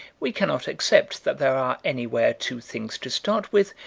we cannot accept that there are anywhere two things to start with,